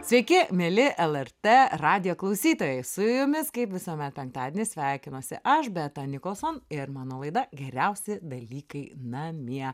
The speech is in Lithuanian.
sveiki mieli lrt radijo klausytojai su jumis kaip visuomet penktadienį sveikinuosi aš beata nicholson ir mano laida geriausi dalykai namie